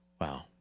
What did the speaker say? wow